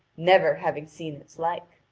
never having seen its like.